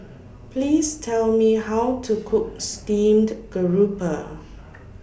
Please Tell Me How to Cook Steamed Garoupa